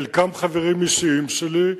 חלקם חברים אישיים שלי,